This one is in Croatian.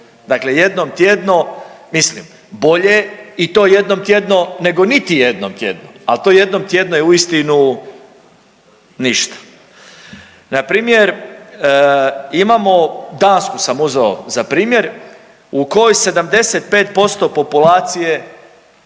Dakle, jednom tjednom, mislim bolje i to jednom tjedno nego niti jednom tjednom, al to jednom tjedno je uistinu ništa. Npr. imamo Dansku sam uzeo za primjer u kojoj 75% populacije